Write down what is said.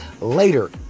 later